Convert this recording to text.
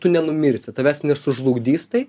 tu nenumirsi tavęs nesužlugdys tai